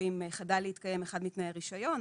אם חדל להתקיים אחד מתנאי הרישיון,